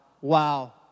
Wow